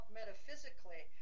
metaphysically